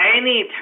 Anytime